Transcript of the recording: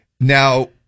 Now